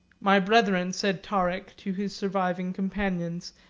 my brethren, said tarik to his surviving companions,